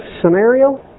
scenario